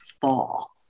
fall